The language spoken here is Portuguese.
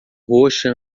roxa